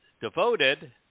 devoted